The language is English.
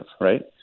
right